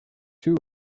two